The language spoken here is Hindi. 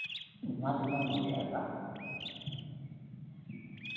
उतना तो कम हो जाएगा